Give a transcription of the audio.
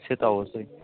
সে তো অবশ্যই